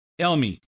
Elmi